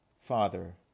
Father